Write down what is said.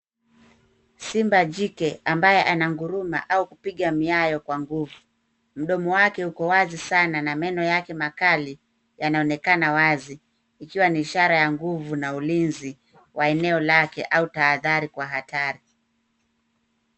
Simba jike ambaye ananguruma au kupiga miayo kwa nguvu, mdomo wake uko wazi sana na meno yake makali yanaonekana wazi ikiwa ni ishara ya nguvu na ulinzi wa eneo lake au tahadhari kwa hatari.